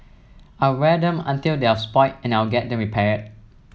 I'll wear them until they're spoilt and I'll get them repaired